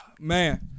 Man